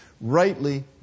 Rightly